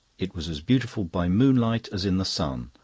it was as beautiful by moonlight as in the sun.